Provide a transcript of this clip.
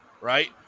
Right